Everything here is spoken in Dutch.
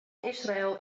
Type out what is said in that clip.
israël